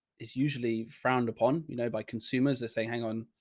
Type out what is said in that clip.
it's usually frowned upon. you know, by consumers are saying, hang on,